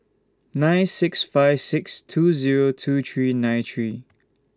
nine six five six two Zero two three nine three